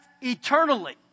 eternally